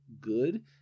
good